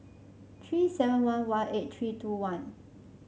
three seven one one eight three two one